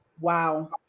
Wow